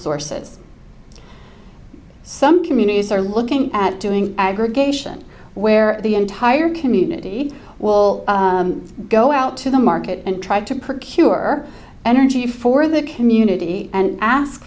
sources some communities are looking at doing aggregation where the entire community will go out to the market and try to procure energy for the community and ask